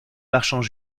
marchands